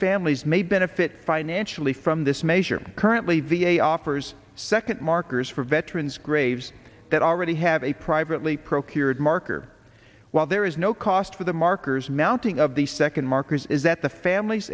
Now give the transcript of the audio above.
families may benefit financially from this measure currently v a offers second markers for veterans graves that already have a privately procured marker while there is no cost for the markers mounting of the second markers is that the families